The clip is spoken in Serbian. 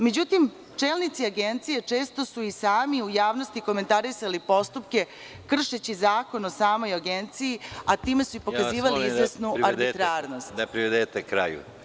Međutim, čelnici Agencije često su i sami u javnosti komentarisali postupke, kršeći Zakon o agenciji, a time su i pokazivali izvesnu arbitrarnost. (Predsedavajući: Molim vas da privedete kraju.